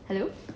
hello